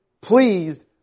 pleased